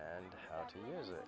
and how to use it